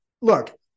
Look